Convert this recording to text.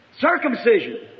Circumcision